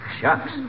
Shucks